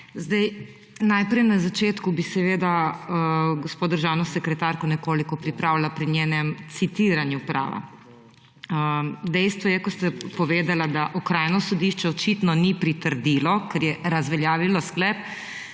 Sedaj najprej na začetku bi seveda gospo državno sekretarko nekoliko pripravila pri njenem citiranju prava. Dejstvo je, ko ste povedala, da okrajno sodišče očitno ni pritrdilo, ker je razveljavilo sklep